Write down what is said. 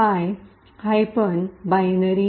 पाय -बायनरी